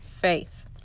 faith